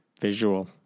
visual